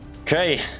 Okay